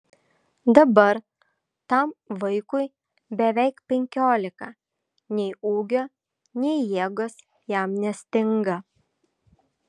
dabar tam vaikui beveik penkiolika nei ūgio nei jėgos jam nestinga